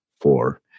four